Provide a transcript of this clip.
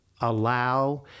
allow